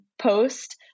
post